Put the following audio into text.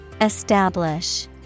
Establish